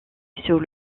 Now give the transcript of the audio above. sous